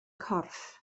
corff